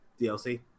DLC